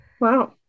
Wow